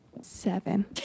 seven